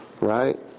Right